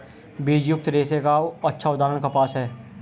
बीजयुक्त रेशे का अच्छा उदाहरण कपास है